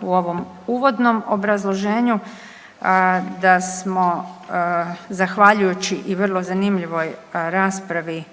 u ovom uvodnom obrazloženju da smo zahvaljujući i vrlo zanimljivoj raspravi